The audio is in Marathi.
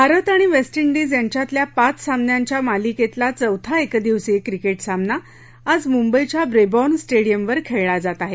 भारत आणि वेस्ट इंडिज यांच्यातल्या पाच सामन्यांच्या मालिकेतला चौथा एकदिवसीय क्रिकेट सामना आज मुंबईच्या ब्रेबॉर्न स्टेडिअमवर खेळला जात आहे